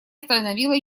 остановила